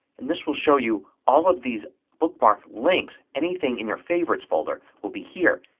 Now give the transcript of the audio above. and this will show you all of these bookmarked links. anything in your favorites folder will be here.